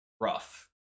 rough